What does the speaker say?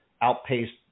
outpaced